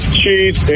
cheese